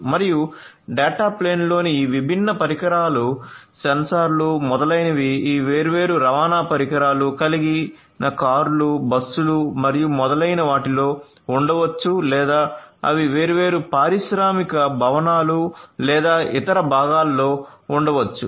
మరియు డేటా ప్లేన్లోని ఈ విభిన్న పరికరాలు సెన్సార్లు మొదలైనవి ఈ వేర్వేరు రవాణా పరికరాల కలిగిన కార్లు బస్సులు మరియు మొదలైన వాటిలో ఉండవచ్చు లేదా అవి వేర్వేరు పారిశ్రామిక భవనాలు లేదా ఇతర భాగాలలో ఉండవచ్చు